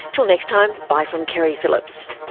til next time, bye from keri phillips